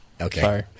Okay